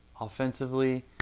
offensively